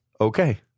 Okay